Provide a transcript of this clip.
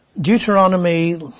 Deuteronomy